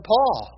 Paul